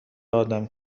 آدم